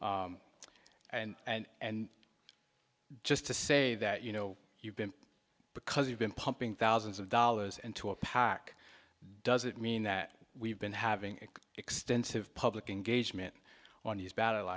passed and just to say that you know you've been because you've been pumping thousands of dollars into a pac doesn't mean that we've been having an extensive public engagement on these ba